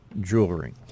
Jewelry